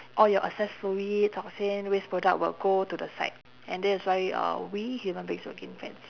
all your access fluid toxin waste product will go to the side and that is why uh we human beings will gain fats